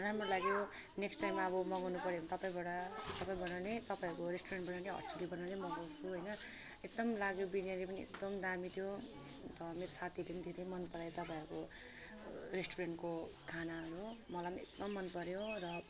राम्रो लाग्यो next time अब मगाउनु पऱ्यो भने तपाईँबाट तपाईँबाट नै तपाईँहरूको रेस्टुरेन्टबाट नै हट चिल्लीबाट नै मगाउँछु होइन एकदम लाग्यो बिरयानी पनि एकदम दामी थियो अन्त मेरो साथीले पनि धेरै मन परायो तपाईँहरूको रेस्टुरेन्टको खानाहरू हो मलाई पनि एकदम मन पऱ्यो र